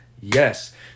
yes